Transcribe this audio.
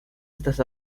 estas